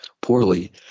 poorly